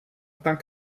tant